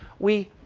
we